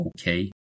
okay